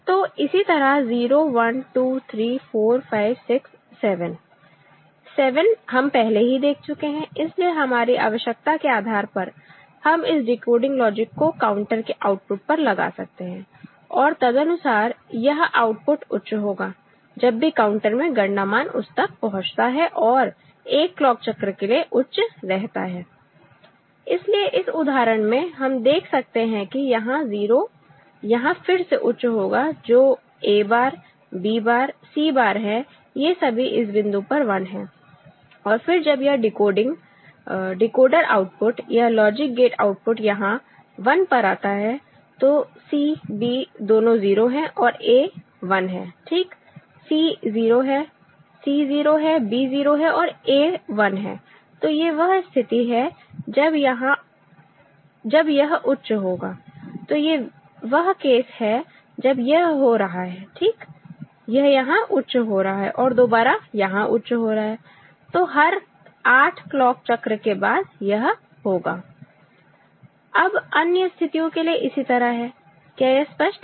तो इसी तरह 0 1 2 3 4 5 6 7 7 हम पहले ही देख चुके हैं इसलिए हमारी आवश्यकता के आधार पर हम इस डिकोडिंग लॉजिक को काउंटर के आउटपुट पर लगा सकते हैं और तदनुसार यह आउटपुट उच्च होगा जब भी काउंटर में गणना मान उस तक पहुंचता है और यह एक क्लॉक चक्र के लिए उच्च रहता है इसलिए इस उदाहरण में आप देख सकते हैं कि यह 0 यहाँ फिर से उच्च होगा जो A bar B bar C bar है ये सभी इस बिंदु पर 1 हैंऔर फिर जब यह डिकोडिंग डिकोडर आउटपुट यह लॉजिक गेट आउटपुट यहां1 पर आता है तो C B दोनों 0 हैं और A 1 है ठीक C 0 है C 0 है B 0 है और A 1 है तो ये वह स्थिति है जब यह उच्च होगा तो ये वह केस है जब यह हो रहा है ठीक यह यहां उच्च हो रहा है और दोबारा यहां उच्च हो रहा है तो हर 8 क्लॉक चक्र के बाद यह होगा अब अन्य स्थितियों के लिए इसी तरह है क्या यह स्पष्ट है